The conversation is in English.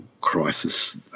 crisis